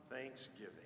thanksgiving